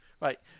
Right